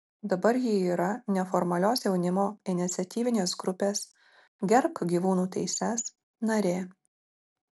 dabar ji yra neformalios jaunimo iniciatyvinės grupės gerbk gyvūnų teises narė